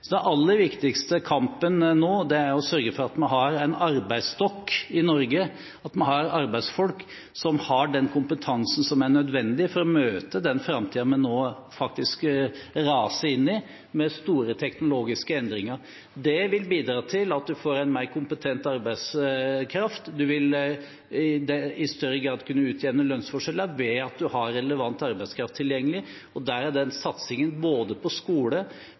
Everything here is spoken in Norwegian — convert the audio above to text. Så den aller viktigste kampen nå er å sørge for at vi har en arbeidsstokk i Norge, arbeidsfolk, som har den kompetansen som er nødvendig for å møte den framtiden vi nå faktisk raser inn i, med store teknologiske endringer. Det vil bidra til at en får mer kompetent arbeidskraft. En vil i større grad kunne utjevne lønnsforskjeller ved at en har relevant arbeidskraft tilgjengelig, og den satsingen – på både skole,